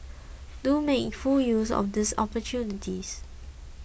do make full use of these opportunities